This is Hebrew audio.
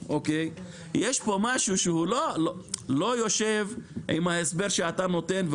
יש פה משהו שהוא לא יושב עם ההסבר שאתה נותן,